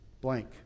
blank